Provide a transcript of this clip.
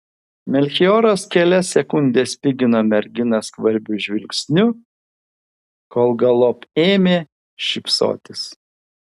melchioras kelias sekundes spigino merginą skvarbiu žvilgsniu kol galop ėmė šypsotis